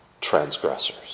transgressors